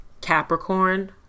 Capricorn